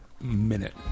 minute